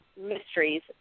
mysteries